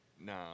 no